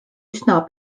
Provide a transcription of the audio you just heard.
üsna